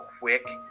quick